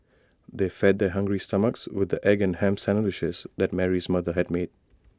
they fed their hungry stomachs with the egg and Ham Sandwiches that Mary's mother had made